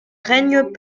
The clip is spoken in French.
règnent